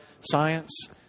science